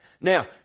now